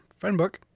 Friendbook